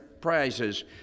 prizes